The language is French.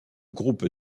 groupe